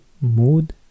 Mood